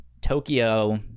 tokyo